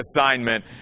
assignment